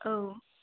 औ